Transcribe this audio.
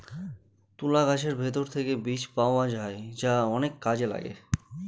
তুলা গাছের ভেতর থেকে বীজ পাওয়া যায় যা অনেক কাজে লাগে